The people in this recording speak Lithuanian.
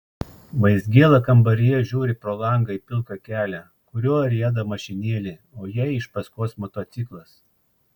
vaizgėla kambaryje žiūri pro langą į pilką kelią kuriuo rieda mašinėlė o jai iš paskos motociklas